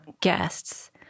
guests